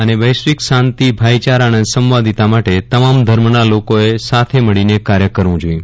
અને વૈશ્વિક શાંતિ ભાઇચારા અને સંવાદિતા માટે તમામ ધર્મના લોકોએ સાથે મળીને કાર્ય કરવ્યું જોઇએ